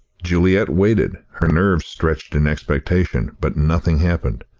juliet waited, her nerves stretched in expectation, but nothing happened.